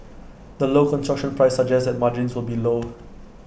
the low construction price suggests that margins will be low